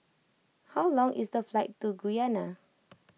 how long is the flight to Guyana